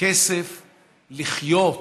כסף לחיות,